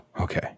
Okay